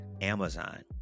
Amazon